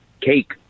cake